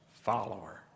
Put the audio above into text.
follower